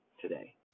today